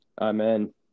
Amen